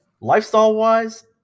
lifestyle-wise